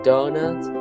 Donut